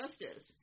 justice